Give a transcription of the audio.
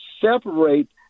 separate